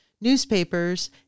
newspapers